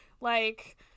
like-